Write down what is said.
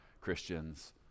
Christians